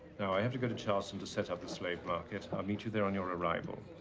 i have to go to charleston to set up the slave market. i'll meet you there on your arrival.